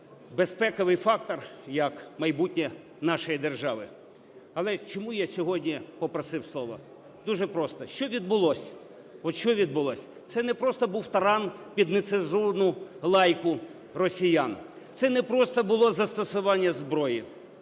безпековий фактор, як майбутнє нашої держави. Але чому я сьогодні попросив слово? Дуже просто. Що відбулося? От що відбулось? Це не просто був таран під нецензурну лайку росіян, це не просто було застосування зброї,